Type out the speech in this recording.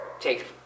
take